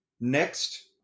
next